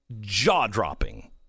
jaw-dropping